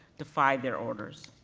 defied their orders,